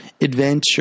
adventure